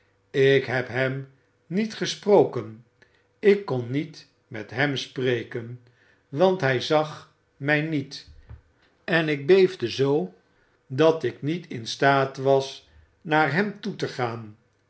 ik heb hem niet gesproken ik kon niet met hem spreken want hij zag mij niet en ik beefde zoo dat ik niet in staat was naar hem toe te gaan